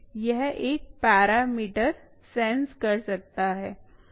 यह एक parameter sense कर सकता है